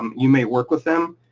um you may work with them,